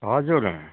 हजुर